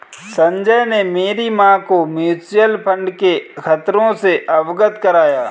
संजय ने मेरी मां को म्यूचुअल फंड के खतरों से अवगत कराया